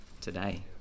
today